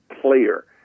player